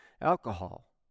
alcohol